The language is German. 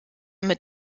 mit